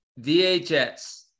VHS